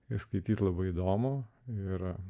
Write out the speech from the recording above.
jį skaityti labai įdomu yra